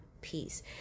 peace